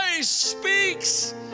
speaks